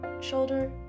shoulder